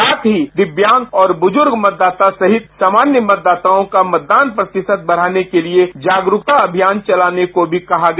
साथ ही दिव्यांग और बुजूर्ग मतदाता सहित सामान्य मतदाताओं का मतदान प्रतिशत बढ़ाने के लिए जागरूकता अभियान चलाने को भी कहा गया